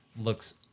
looks